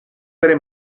tre